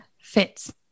fits